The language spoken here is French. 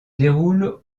déroule